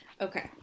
Okay